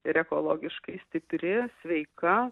ir ekologiškai stipri sveika